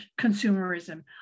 consumerism